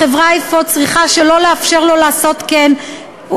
החברה צריכה אפוא שלא לאפשר לו לעשות כן,